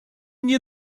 nie